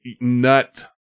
Nut